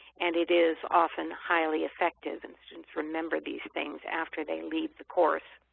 and it is often highly effective and students remember these things after they leave course.